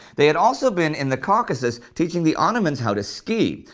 they had also been in the caucasus teaching the ottomans how to ski.